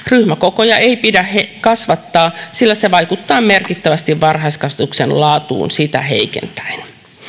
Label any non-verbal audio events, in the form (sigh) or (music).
(unintelligible) ryhmäkokoja ei pidä kasvattaa sillä se vaikuttaa merkittävästi varhaiskasvatuksen laatuun sitä heikentäen